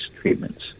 treatments